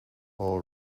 tall